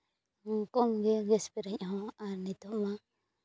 ᱠᱚᱢ ᱜᱮᱭᱟ ᱜᱮᱥ ᱯᱮᱨᱮᱡ ᱦᱚᱸ ᱟᱨ ᱱᱤᱛᱚᱝ ᱟᱜ